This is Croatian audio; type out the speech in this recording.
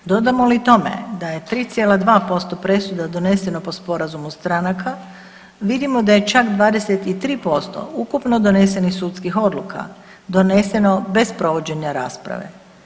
Dodamo li tome da je 3,2% presuda doneseno po sporazumu stranaka vidimo da je čak 23% ukupno donesenih sudskih odluka doneseno bez provođenja rasprave.